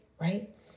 right